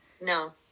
No